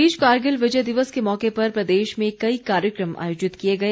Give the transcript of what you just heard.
इस बीच कारगिल विजय दिवस के मौके पर प्रदेश में कई कार्यक्रम आयोजित किए गए